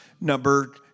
number